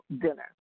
dinner